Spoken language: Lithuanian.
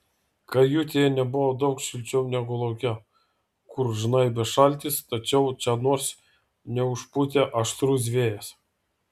kajutėje nebuvo daug šilčiau negu lauke kur žnaibė šaltis tačiau čia nors neužpūtė aštrus vėjas